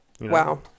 Wow